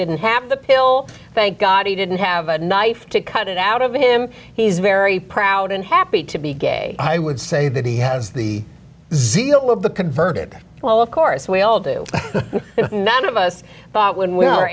didn't have the pill thank god he didn't have a knife to cut it out of him he's very proud and happy to be gay i would say that he has the zeal of the converted well of course we all do and none of us thought when we